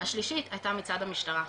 השלישית הייתה מצד המשטרה,